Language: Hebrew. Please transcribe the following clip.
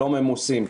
לא ממוסים,